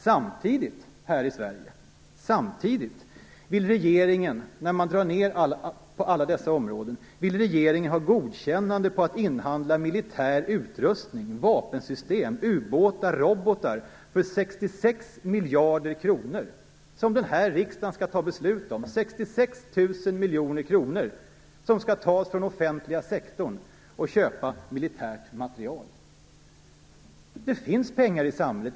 Samtidigt vill regeringen här i Sverige när man drar ned på alla dessa områden ha godkännande på att inhandla militär utrustning, vapensystem, ubåtar och robotar för 66 miljarder kronor, som denna riksdag skall fatta beslut om. Det är 66 000 miljoner kronor som skall tas från den offentliga sektorn för att köpa militär materiel. Det finns pengar i samhället.